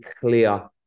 clear